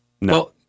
No